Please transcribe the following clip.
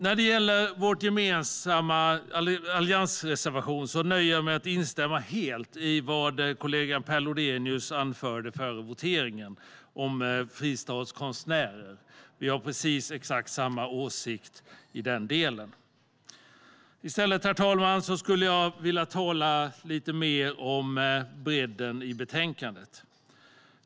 När det gäller vår gemensamma alliansreservation nöjer jag mig med att instämma helt i det som min kollega Per Lodenius anförde före voteringen om fristadskonstnärer. Vi har precis samma åsikt i denna del. Herr talman! I stället skulle jag vilja tala lite mer om bredden i betänkandet.